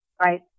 right